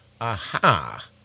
aha